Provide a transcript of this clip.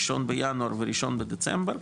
ראשון בינואר וראשון בדצמבר,